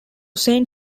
saint